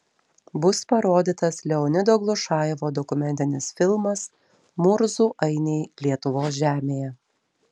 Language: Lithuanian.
bus parodytas leonido glušajevo dokumentinis filmas murzų ainiai lietuvos žemėje